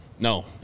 no